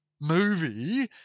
movie